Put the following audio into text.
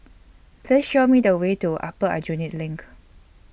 Please Show Me The Way to Upper Aljunied LINK